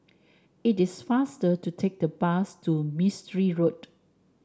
it is faster to take the bus to Mistri Road